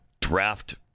draft